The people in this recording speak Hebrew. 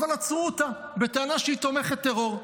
אבל עצרו אותה בטענה שהיא תומכת טרור.